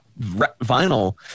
vinyl